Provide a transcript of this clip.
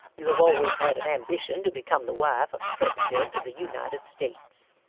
you have always had an ambition to become the wife of a president of the united states.